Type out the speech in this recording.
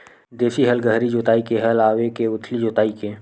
देशी हल गहरी जोताई के हल आवे के उथली जोताई के?